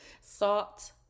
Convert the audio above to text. salt